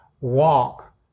walk